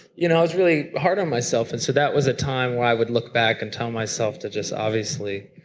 you know, i was really hard on myself. and so that was a time where i would look bank and tell myself to just obviously,